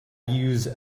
use